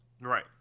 Right